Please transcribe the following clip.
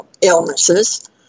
illnesses